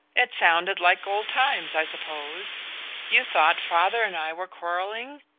it sounded like old times, i suppose you thought father and i were quarrelling?